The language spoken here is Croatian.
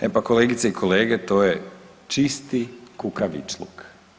E pa kolegice i kolege to je čisti kukavičluk.